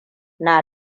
yana